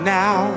now